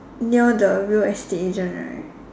near the real estate agent right